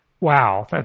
Wow